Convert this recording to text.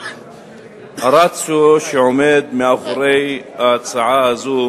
הרציו שעומד מאחורי ההצעה הזאת